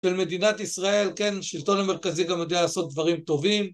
במדינת ישראל, כן, שלטון המרכזי גם יודע לעשות דברים טובים